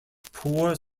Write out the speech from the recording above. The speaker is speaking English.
poor